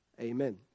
amen